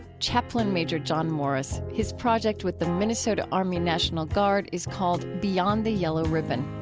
chaplain major john morris. his project with the minnesota army national guard is called beyond the yellow ribbon.